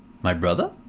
my brother?